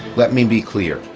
let me be clear.